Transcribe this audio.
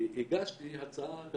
אם הם לא מנגנים ולא עושים אז תבוא עליהם